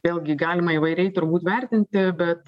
vėlgi galima įvairiai turbūt vertinti bet